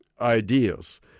ideas